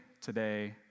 today